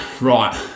right